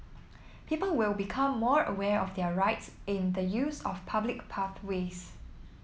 people will become more aware of their rights in the use of public pathways